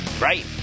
Right